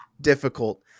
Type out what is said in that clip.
difficult